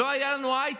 לא היה לנו הייטק.